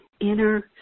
inner